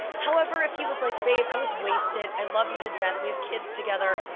however, if he was like, babe, i was wasted, i love you to death, we have kids together,